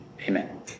Amen